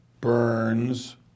Burns